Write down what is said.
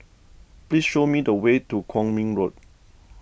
please show me the way to Kwong Min Road